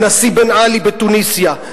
הנשיא בן-עלי בתוניסיה,